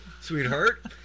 sweetheart